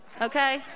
okay